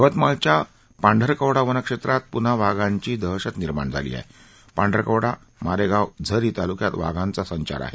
यवतमाळच्या पांढरकवडा वन क्षेत्रात प्न्हा वाघांची दहशत निर्माण झाली असून पांढरकवडा मारेगाव झरी ताल्क्यात वाघांचा संचार आहे